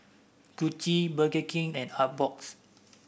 Gucci Burger King and Artbox